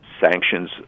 sanctions